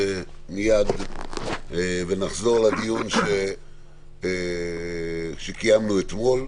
נחזור לדיון שקיימנו אתמול.